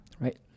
right